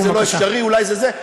אולי זה לא אפשרי ואולי זה זה,